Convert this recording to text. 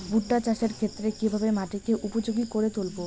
ভুট্টা চাষের ক্ষেত্রে কিভাবে মাটিকে উপযোগী করে তুলবো?